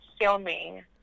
filming